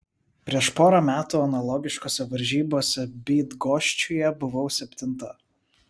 prieš porą metų analogiškose varžybose bydgoščiuje buvau septinta